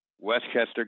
Westchester